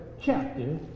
chapter